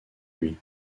lui